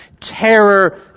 Terror